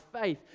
faith